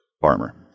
farmer